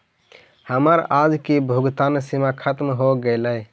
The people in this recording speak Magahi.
हमर आज की भुगतान सीमा खत्म हो गेलइ